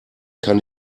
kann